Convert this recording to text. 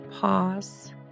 pause